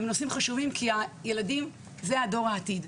הן דנות בנושאים חשובים כי הילדים הם דור העתיד.